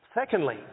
Secondly